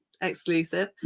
exclusive